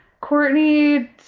Courtney